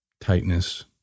tightness